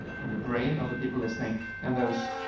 in the brain of the people listening and those,